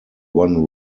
one